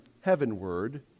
heavenward